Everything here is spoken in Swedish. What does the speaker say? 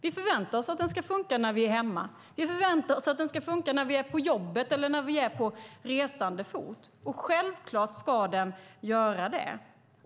Vi förväntar oss att den ska funka när vi är hemma, och vi förväntar oss att den ska funka när vi är på jobbet eller när vi är på resande fot. Självklart ska den göra det.